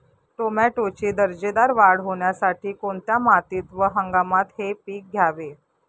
टोमॅटोची दर्जेदार वाढ होण्यासाठी कोणत्या मातीत व हंगामात हे पीक घ्यावे?